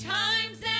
times